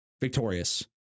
victorious